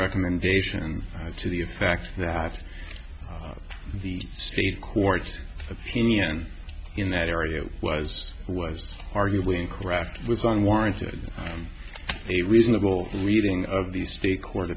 recommendation to the a fact that the state court opinion in that area was who was arguing craft with one warranted a reasonable reading of the state court